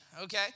okay